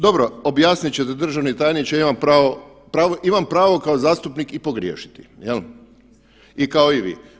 Dobro objasnit čete državni tajniče imam pravo, imam pravo kao zastupnik i pogriješiti jel i kao i vi.